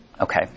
Okay